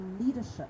leadership